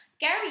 Gary